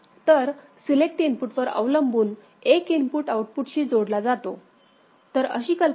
तर सिलेक्ट इनपुटवर अवलंबून एक इनपुट आउटपुटशी जोडला जातो तर अशी कल्पना आहे